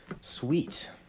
Sweet